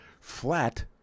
flat